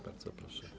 Bardzo proszę.